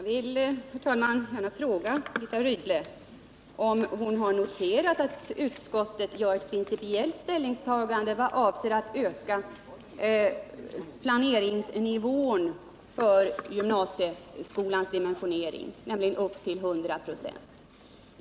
Herr talman! Jag vill gärna fråga Birgitta Rydle om hon har noterat att utskottet gör ett principiellt ställningstagande i vad avser att höja planeringsnivån för gymnasieskolans dimensionering, nämligen upp till 100 96 av antalet 16-åringar.